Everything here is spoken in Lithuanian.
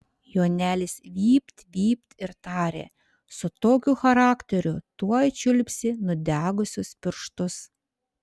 jonelis vypt vypt ir tarė su tokiu charakteriu tuoj čiulpsi nudegusius pirštus